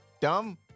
dumb